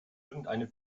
irgendeine